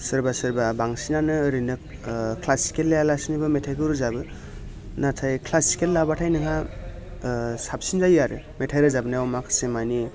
सोरबा सोरबा बांसिनानो ओरैनो ओ क्लासिकेल लायालासिनोबो मेथाइ रोजाबो नाथाय क्लासिकेल लाब्लाथाय नोंहा ओ साबसिन जायो आरो मेथाइ रोजाबनायाव माखासे मानि